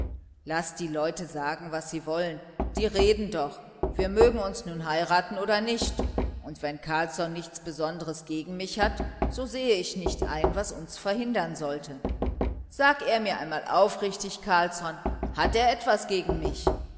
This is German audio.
laß die leute sagen was sie wollen die reden doch wir mögen uns nun heiraten oder nicht und wenn carlsson nichts besonderes gegen mich hat so sehe ich nicht ein was uns verhindern sollte sag er mir einmal aufrichtig carlsson hat er etwas gegen mich